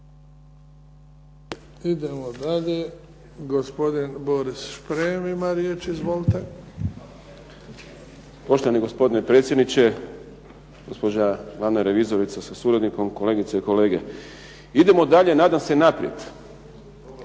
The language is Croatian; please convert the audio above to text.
Idemo dalje. Gospodin Boris Šprem ima riječ. Izvolite. **Šprem, Boris (SDP)** Poštovani gospodine predsjedniče, gospođa glavna revizorica sa suradnikom, kolegice i kolege. Idemo dalje, nadam se naprijed,